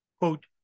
Quote